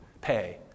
pay